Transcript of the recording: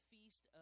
Feast